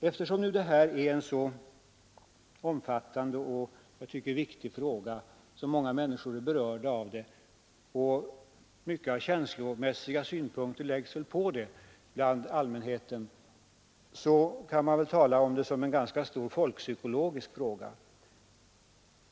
Eftersom detta nu är en så omfattande och, tycker jag, viktig fråga, som många människor är berörda av och som det bland allmänheten i stor utsträckning anläggs känslomässiga synpunkter på, kan man väl säga att det även är en ganska stor folkpsykologisk fråga.